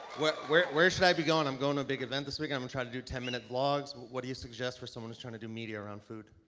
where where should i be going? i'm going to a big event this week and i'ma try to do ten minute vlogs. what do you suggest for someone who's trying to do media around food?